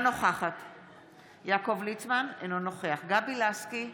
נוכח גבי לסקי,